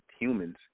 humans